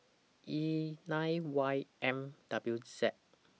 E nine Y M W Z